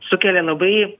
sukelia labai